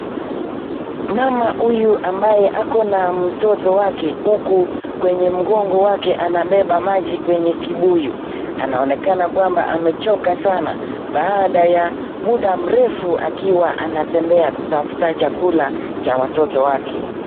Mama huyu ambaye ako na mtoto wake huku kwenye mgongo wake anabeba maji kwenye kibuyu. Anaonekana kwamba amechoka sana baada ya muda mrefu akiwa anatembea kutafuta chakula cha watoto wake.